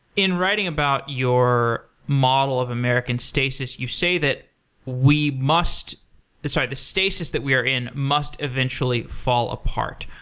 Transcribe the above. in writing about your model of american stasis, you say that we must the sort of the stasis that we are in must eventually fall apart.